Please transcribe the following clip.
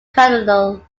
cardinal